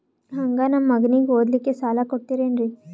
ಹಂಗ ನಮ್ಮ ಮಗನಿಗೆ ಓದಲಿಕ್ಕೆ ಸಾಲ ಕೊಡ್ತಿರೇನ್ರಿ?